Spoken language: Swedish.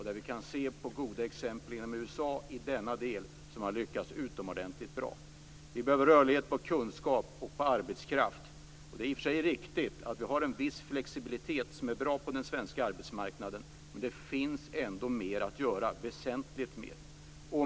Det finns goda exempel i USA som visar att man där har lyckats utomordentligt bra. Vi behöver rörlighet på kunskap och på arbetskraft. Det är i och för sig riktigt att vi har en viss flexibilitet på den svenska arbetsmarknaden, och det är bra. Men det finns ändå väsentligt mer att göra.